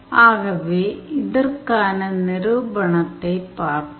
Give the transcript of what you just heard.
ஆகவே இதற்கான நிரூபணத்தைப் பார்ப்போம்